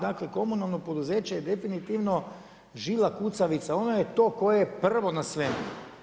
Dakle, komunalno poduzeće je definitivno žila kucavica, ono je to koje prvo na svemu.